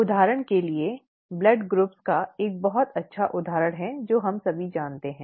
उदाहरण के लिए यह रक्त समूहों का एक बहुत अच्छा उदाहरण है जो हम सभी जानते हैं